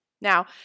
Now